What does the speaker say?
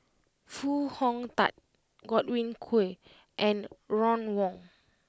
Foo Hong Tatt Godwin Koay and Ron Wong